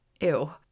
Ew